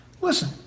Listen